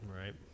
right